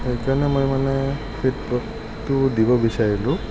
সেইকাৰণে মই মানে ফিডবেকটো দিব বিচাৰিলোঁ